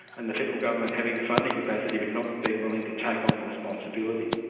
and the federal government having the funding capacity but not being willing to take on the responsibility.